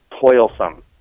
toilsome